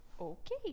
okay